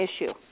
issue